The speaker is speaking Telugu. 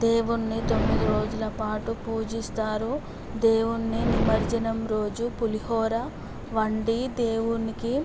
దేవుణ్ణి తొమ్మిది రోజులపాటు పూజిస్తారు దేవుడ్ని నిమజ్జనం రోజు పులిహోర వండి దేవునికి